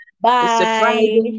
Bye